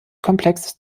komplexes